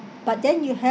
but then you have